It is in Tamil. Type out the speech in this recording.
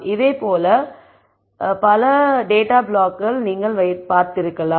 இதே போல் மற்றும் பலவற்றைக் டேட்டா ப்ளாக்கில் நீங்கள் பார்த்திருக்கலாம்